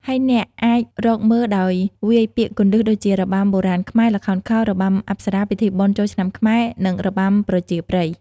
ហើយអ្នកអាចរកមើលដោយវាយពាក្យគន្លឹះដូចជា របាំបុរាណខ្មែរ ល្ខោនខោល របាំអប្សរា ពិធីបុណ្យចូលឆ្នាំខ្មែរ នឹង របាំប្រជាប្រិយ។